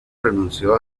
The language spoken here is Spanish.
renunció